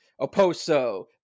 Oposo